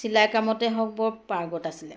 চিলাই কামতে হওক বৰ পাৰ্গত আছিলে